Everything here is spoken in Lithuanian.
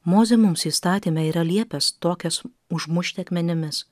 mozė mums įstatyme yra liepęs tokias užmušti akmenimis